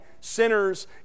sinners